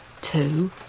two